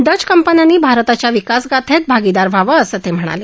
Dutch कंपन्यांनी भारताच्या विकासगाथेत भागीदार व्हावं असं ते म्हणाले